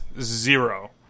zero